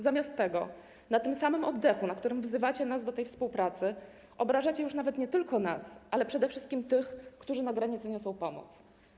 Zamiast tego na tym samym oddechu, na którym wzywacie nas do tej współpracy, obrażacie już nawet nie tylko nas, ale przede wszystkim tych, którzy na granicy niosą pomoc.